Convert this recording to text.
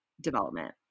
development